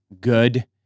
good